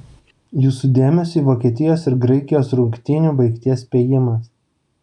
jūsų dėmesiui vokietijos ir graikijos rungtynių baigties spėjimas